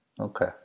Okay